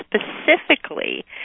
specifically